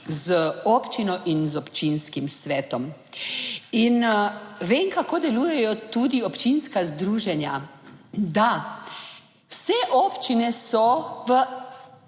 z občino in z občinskim svetom in vem kako delujejo tudi občinska združenja, da, vse občine so v